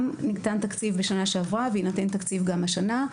גם ניתן תקציב בשנה שעברה ויינתן תקציב גם השנה.